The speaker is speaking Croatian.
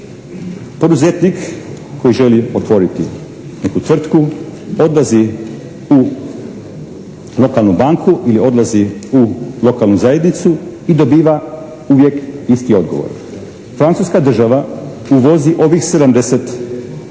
Poduzetnik koji želi otvoriti neku tvrtku odlazi u lokalnu banku ili odlazi u lokalnu zajednicu i dobiva uvijek isti odgovor. Francuska država uvozi ovih 70 artikala